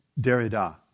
Derrida